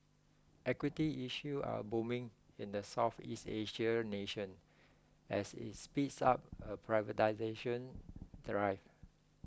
equity issue are booming in the Southeast Asian nation as it speeds up a privatisation drive